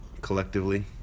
collectively